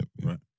Right